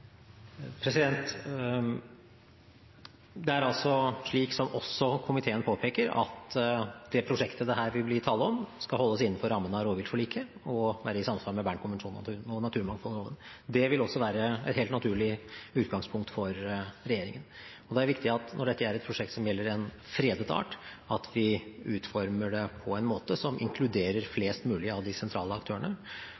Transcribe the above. Det er slik som komiteen påpeker, at det prosjektet det her vil bli tale om, skal holdes innenfor rammen av rovdyrforliket og være i samsvar med Bern-konvensjonen og naturmangfoldloven. Det vil også være et helt naturlig utgangspunkt for regjeringen. Det er viktig når dette er et prosjekt som gjelder en fredet art, at vi utformer det på en måte som inkluderer